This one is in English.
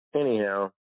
anyhow